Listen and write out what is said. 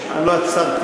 אני לא יצרתי.